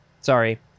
sorry